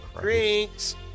Drinks